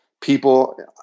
people